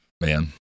man